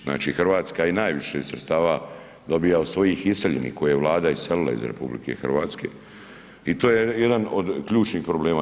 Znači Hrvatska najviše sredstva dobiva od svojih iseljenih koje je Vlada iselila iz RH i to je jedan od ključnih problema.